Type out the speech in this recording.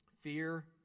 Fear